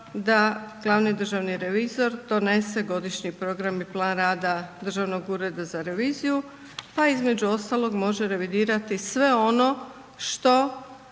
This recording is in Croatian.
da glavni državni revizor donese godišnji program i plan rada Državnog ureda za reviziju pa između ostalog može revidirati sve ono što